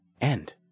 End